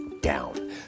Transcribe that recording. down